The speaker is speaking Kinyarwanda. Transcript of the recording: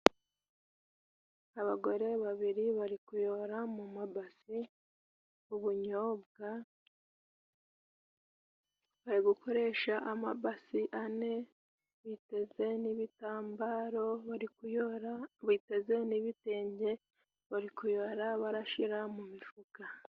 Abagore babiri bari kuyora mu mabasi ubunyobwa. Bari gukoresha amabasi ane biteze n'ibitambaro, bari kuyora biteze n'ibitenge, bari kuyora barashira mu mifuka.